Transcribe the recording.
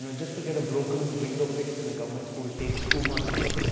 and just to get a broken window fixed in the government school takes two months,